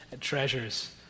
treasures